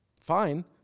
fine